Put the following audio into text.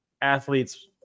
athletes